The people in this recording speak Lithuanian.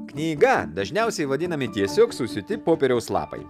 knyga dažniausiai vadinami tiesiog susiūti popieriaus lapai